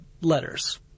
letters